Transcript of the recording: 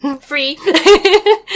free